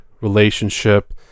relationship